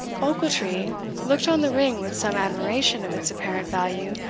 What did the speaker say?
ochiltree looked on the ring with some admiration of its apparent value,